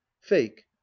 fake